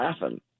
laughing